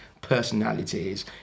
personalities